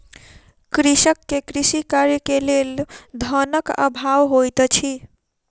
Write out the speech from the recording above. कृषक के कृषि कार्य के लेल धनक अभाव होइत अछि